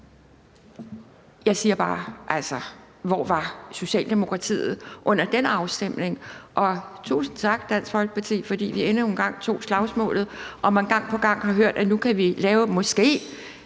Jeg spørger bare: Hvor var Socialdemokratiet under den afstemning? Og tusind tak til Dansk Folkeparti, fordi vi endnu en gang tog slagsmålet, og man har også gang på gang hørt, at vi måske